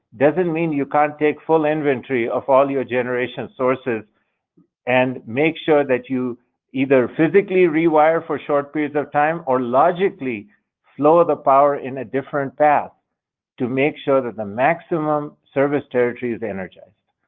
doesn't mean you can't take full inventory of all your generation sources and make sure that you either physically rewire for short periods of time, or logically flow the power in a different path to make sure that the maximum service territory is energized.